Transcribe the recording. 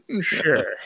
sure